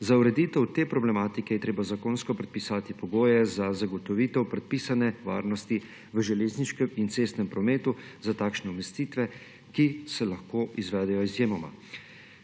Za ureditev te problematike je treba zakonsko predpisati pogoje za zagotovitev predpisane varnosti v železniškem in cestnem prometu za takšne umestitve, ki se lahko izvedejo izjemoma.